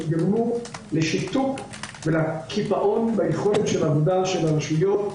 הם יגרמו לשיתוק ולקיפאון ביכולת של העבודה של הרשויות,